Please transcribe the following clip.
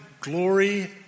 glory